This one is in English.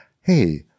Hey